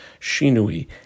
Shinui